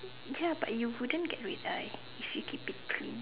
ya but you wouldn't get red eye if you keep it clean